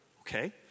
Okay